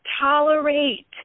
tolerate